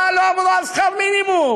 מה לא אמרו על שכר מינימום,